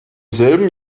selben